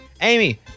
Amy